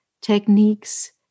techniques